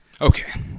Okay